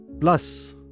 Plus